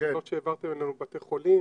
השאלות שהעברתם אלינו, בתי חולים